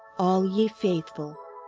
all ye faithful,